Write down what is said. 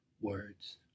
words